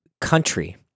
country